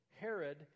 Herod